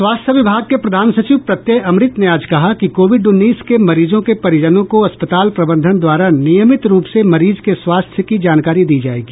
स्वास्थ्य विभाग के प्रधान सचिव प्रत्यय अमृत ने आज कहा कि कोविड उन्नीस के मरीजों के परिजनों को अस्पताल प्रबंधन द्वारा नियमित रूप से मरीज के स्वास्थ्य की जानकारी दी जायेगी